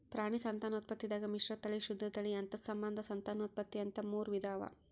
ಪ್ರಾಣಿ ಸಂತಾನೋತ್ಪತ್ತಿದಾಗ್ ಮಿಶ್ರತಳಿ, ಶುದ್ಧ ತಳಿ, ಅಂತಸ್ಸಂಬಂಧ ಸಂತಾನೋತ್ಪತ್ತಿ ಅಂತಾ ಮೂರ್ ವಿಧಾ ಅವಾ